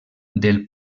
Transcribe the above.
del